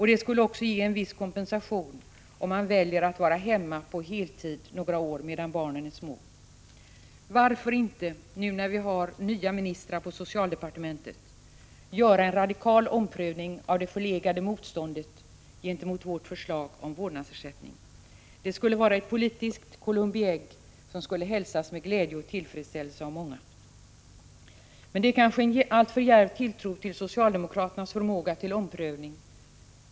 Det skulle också ge en viss kompensation om man väljer att vara hemma på heltid några år medan barnen är små. Varför inte, nu när vi har nya ministrar på socialdepartementet, göra en radikal omprövning av det förlegade motståndet gentemot vårt förslag om vårdnadsersättning. Det skulle vara ett politiskt Columbi ägg som skulle hälsas med glädje och tillfredsställelse av många. Men det kanske är en alltför djärv tilltro till socialdemokraternas förmåga till omprövning.